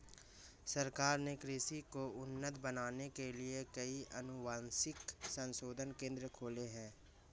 सरकार ने कृषि को उन्नत बनाने के लिए कई अनुवांशिक संशोधन केंद्र खोले हैं